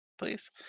Please